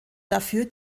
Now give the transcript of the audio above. dafür